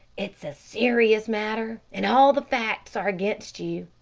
it's a serious matter and all the facts are against you.